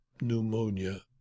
Pneumonia